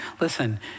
listen